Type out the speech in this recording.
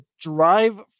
drive